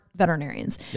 veterinarians